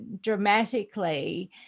dramatically